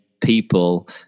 people